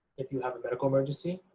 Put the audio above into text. if you have a medical emergency,